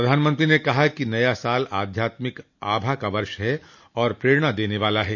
प्रधानमंत्री ने कहा कि नया साल आध्यात्मिक आभा का वर्ष है और प्रेरणा देने वाला है